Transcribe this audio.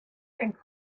and